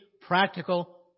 practical